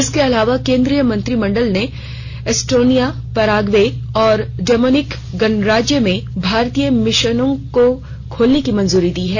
इसके अलावा केंद्रीय मंत्रिमंडल ने एस्टोनिया पैराग्वे और डोमिनिकन गणराज्य में भारतीय मिशनों को खोलने की मंजूरी दी है